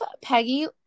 peggy